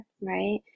right